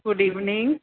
good evening